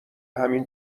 همین